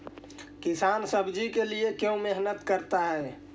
किसान सब्जी के लिए क्यों मेहनत करता है?